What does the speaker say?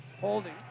holding